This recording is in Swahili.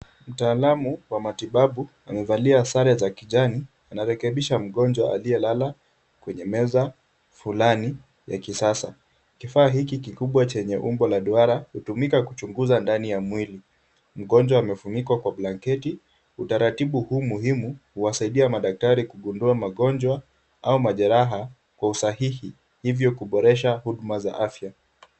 Mtaalamu wa matibabu amevalia sare za kijani, anarekebisha mgonjwa aliyelala kwenye meza fulani ya kisasa, kifaa hiki kikubwa chenye umbo la duara, hutumika kuchunguza ndani ya mwili, mgonjwa amefunikwa kwa blanketi, utaratibu huu muhimu huwasaidia madaktari kugundua magonjwa au majeraha kwa usahihi, hivyo kuboresha huduma za afya.